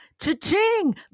Cha-ching